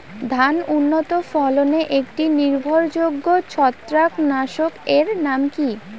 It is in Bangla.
ধান উন্নত ফলনে একটি নির্ভরযোগ্য ছত্রাকনাশক এর নাম কি?